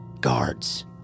Guards